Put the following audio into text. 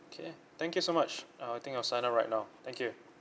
okay thank you so much uh I think I'll sign up right now thank you